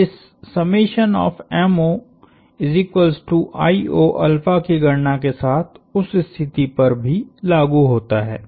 तो इस की गणना के साथ उस स्थिति पर भी लागू होता है